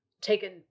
taken